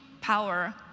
power